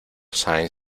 saint